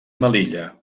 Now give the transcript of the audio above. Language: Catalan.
melilla